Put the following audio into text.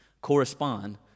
correspond